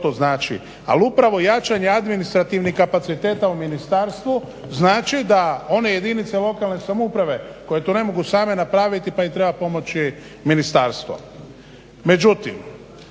to znači. Ali upravo jačanje administrativnih kapaciteta u Ministarstvu znači da one jedinice lokalne samouprave koje to ne mogu same napraviti pa im treba pomoći Ministarstvo. Međutim